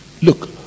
look